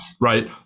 right